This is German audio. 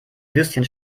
würstchen